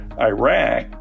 Iraq